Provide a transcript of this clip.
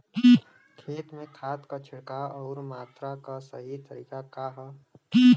खेत में खाद क छिड़काव अउर मात्रा क सही तरीका का ह?